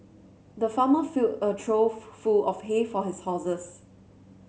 the farmer filled a trough full of hay for his horses